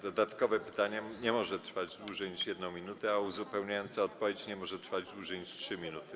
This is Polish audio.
Dodatkowe pytanie nie może trwać dłużej niż 1 minutę, a uzupełniająca odpowiedź nie może trwać dłużej niż 3 minuty.